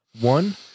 One